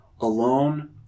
Alone